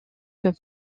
que